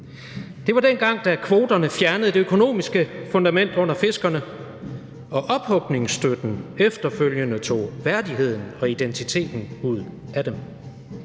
Det var dengang, da kvoterne fjernede det økonomiske fundament under fiskerne og ophugningsstøtten efterfølgende tog værdigheden og identiteten ud af dem.